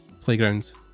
Playgrounds